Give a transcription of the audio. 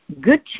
good